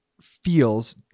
feels